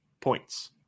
points